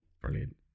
brilliant